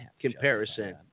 comparison